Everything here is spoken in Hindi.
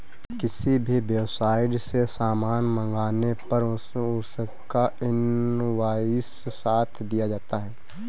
किसी भी वेबसाईट से सामान मंगाने पर उसका इन्वॉइस साथ दिया जाता है